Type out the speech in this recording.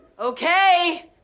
Okay